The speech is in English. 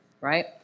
Right